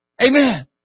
Amen